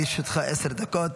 בבקשה, לרשותך עשר דקות.